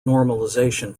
normalization